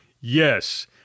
Yes